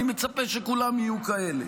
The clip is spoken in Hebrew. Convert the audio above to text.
אני מצפה שכולם יהיו כאלה.